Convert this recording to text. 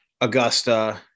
Augusta